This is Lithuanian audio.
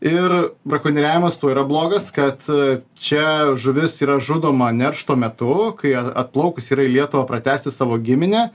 ir brakonieriavimas tuo yra blogas kad čia žuvis yra žudoma neršto metu kai a atplaukus yra į lietuvą pratęsti savo giminę